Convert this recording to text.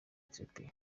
ethiopia